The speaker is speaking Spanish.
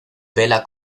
bella